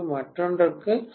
மற்றொன்றுக்கு 22p